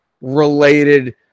related